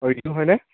অ' ৰিতু হয়নে